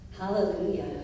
Hallelujah